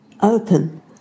open